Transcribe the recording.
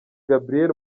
gabriel